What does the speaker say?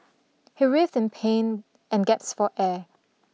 he writhed in pain and gasped for air